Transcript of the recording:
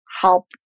help